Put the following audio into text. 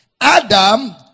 Adam